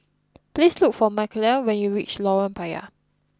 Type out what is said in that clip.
please look for Michaele when you reach Lorong Payah